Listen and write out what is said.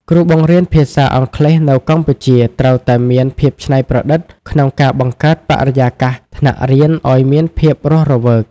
គ្រូបង្រៀនភាសាអង់គ្លេសនៅកម្ពុជាត្រូវតែមានភាពច្នៃប្រឌិតក្នុងការបង្កើតបរិយាកាសថ្នាក់រៀនឱ្យមានភាពរស់រវើក។